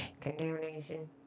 contamination